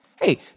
Hey